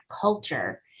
culture